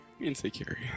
insecure